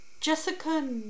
Jessica